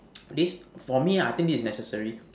this for me ah I think this is necessary